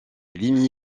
ligny